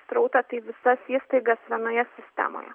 srautą tai visas įstaigas vienoje sistemoje